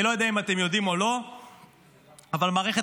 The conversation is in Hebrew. אני לא יודע אם אתם יודעים או לא אבל מערכת